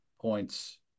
points